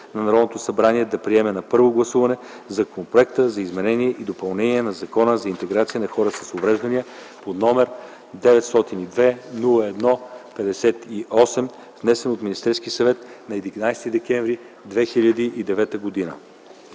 на Народното събрание да приеме на първо гласуване Законопроект за изменение и допълнение на Закона за интеграция на хората с увреждания № 902-01-58, внесен от Министерския съвет на 11 декември 2009 г.”